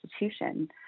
institution